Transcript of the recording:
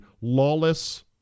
lawless